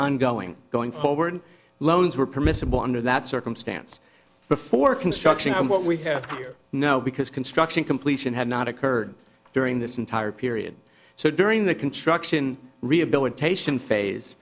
ongoing going forward loans were permissible under that circumstance before construction on what we have here now because construction completion had not occurred during this entire period so during the construction rehabilitation phase